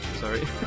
sorry